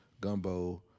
Gumbo